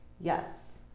yes